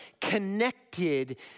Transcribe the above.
connected